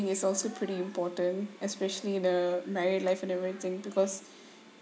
it's also pretty important especially in a married life and everything because